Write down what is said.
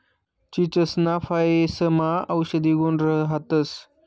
चीचसना फयेसमा औषधी गुण राहतंस